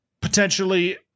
potentially